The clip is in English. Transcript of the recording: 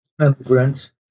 immigrants